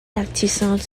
artisans